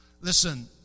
Listen